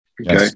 Okay